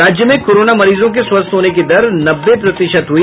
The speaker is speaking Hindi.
और राज्य में कोरोना मरीजों के स्वस्थ होने की दर नब्बे प्रतिशत हुई